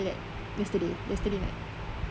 yesterday yesterday night